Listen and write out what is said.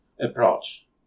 approach